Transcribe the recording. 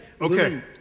Okay